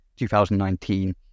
2019